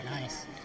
Nice